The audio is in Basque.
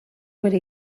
bere